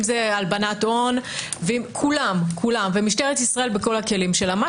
הלבנת הון ומשטרת ישראל בכל הכלים שלה כולם.